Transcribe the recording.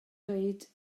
dweud